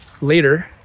later